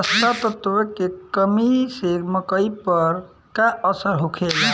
जस्ता तत्व के कमी से मकई पर का असर होखेला?